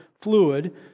fluid